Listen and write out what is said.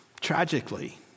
tragically